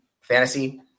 fantasy